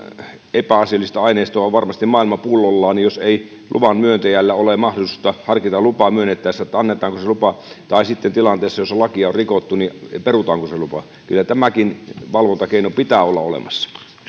epäasiallista aineistoa on varmasti maailma pullollaan jos ei luvan myöntäjällä ole mahdollisuutta harkita lupaa myönnettäessä että annetaanko se lupa tai sitten tilanteessa jossa lakia on rikottu että perutaanko se lupa kyllä tämänkin valvontakeinon pitää olla olemassa